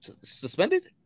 suspended